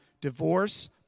divorce